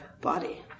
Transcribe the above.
body